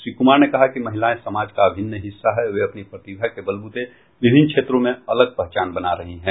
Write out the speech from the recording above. श्री कुमार ने कहा कि महिलायें समाज का अभिन्न हिस्सा हैं वे अपनी प्रतिभा के बलबूते विभिन्न क्षेत्रों में अलग पहचान बना रही हैं